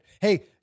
Hey